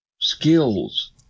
skills